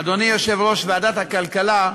אדוני יושב-ראש ועדת הכלכלה,